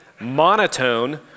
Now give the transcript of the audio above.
monotone